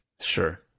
Sure